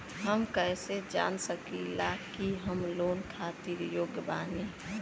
हम कईसे जान सकिला कि हम लोन खातिर योग्य बानी?